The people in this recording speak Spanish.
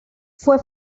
fue